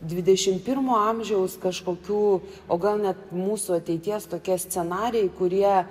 dvidešimt pirmo amžiaus kažkokių o gal net mūsų ateities tokie scenarijai kurie